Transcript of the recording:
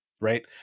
right